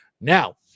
Now